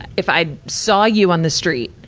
if i saw you on the street,